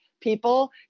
people